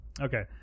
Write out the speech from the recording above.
Okay